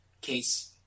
case